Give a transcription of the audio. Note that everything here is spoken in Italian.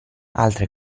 altre